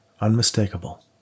unmistakable